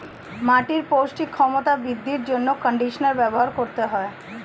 মাটির পৌষ্টিক ক্ষমতা বৃদ্ধির জন্য কন্ডিশনার ব্যবহার করতে হয়